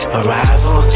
Arrival